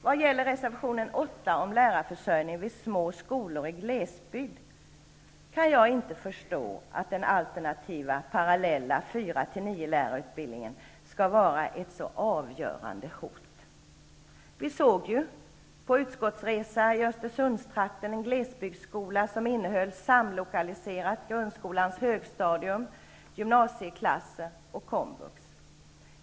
Vad gäller reservation 8 om lärarförsörjningen vid små skolor i glesbygd kan jag inte förstå att den alternativa, parallella lärarutbildningen för årskurserna 4--9 skall vara ett så avgörande hot. Vi såg ju på utskottsresan i Östersundstrakten en glesbygdsskola som innehöll samlokaliserat grundskolans högstadium, gymnasieklasser och komvux.